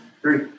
three